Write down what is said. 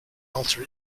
alter